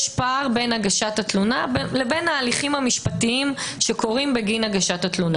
יש פער בין הגשת התלונה להליכים המשפטיים שקורים בגינה.